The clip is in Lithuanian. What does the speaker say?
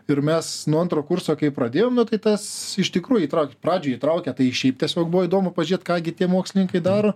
ir mes nuo antro kurso kai pradėjom nu tai tas iš tikrųjų įtraukė pradžiai įtraukė tai šiaip tiesiog buvo įdomu pažiūrėt ką gi tie mokslininkai daro